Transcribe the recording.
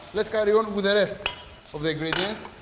let's carry on with the rest of the ingredients.